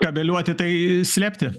kabeliuoti tai slėpti